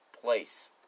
place